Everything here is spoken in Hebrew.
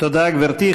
תודה, גברתי.